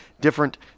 different